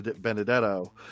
Benedetto